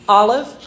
olive